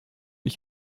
ich